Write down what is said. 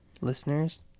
listeners